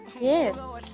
Yes